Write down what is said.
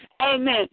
amen